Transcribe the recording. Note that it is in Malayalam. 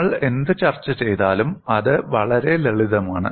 നമ്മൾ എന്ത് ചർച്ച ചെയ്താലും അത് വളരെ ലളിതമാണ്